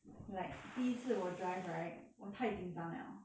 like 第一次我 drive right 我太紧张了